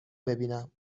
ببینم